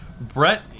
Brett